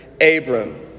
Abram